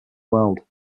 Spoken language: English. world